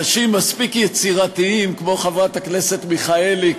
אנשים מספיק יצירתיים כמו חברת הכנסת מיכאלי,